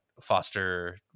foster